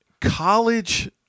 college